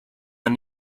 man